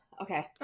Okay